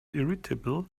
irritable